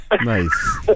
Nice